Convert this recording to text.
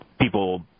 People